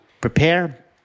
prepare